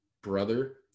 brother